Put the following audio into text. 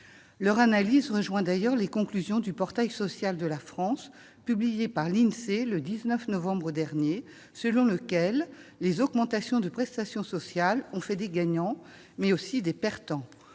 Leur analyse rejoint d'ailleurs les conclusions du portrait social de la France publié par l'Insee le 19 novembre dernier, selon lequel les augmentations de prestations sociales ont fait des gagnants, mais aussi des perdants.